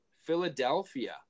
Philadelphia